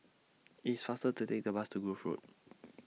IT IS faster to Take The Bus to Grove Road